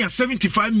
$75